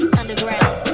underground